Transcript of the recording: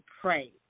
pray